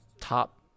top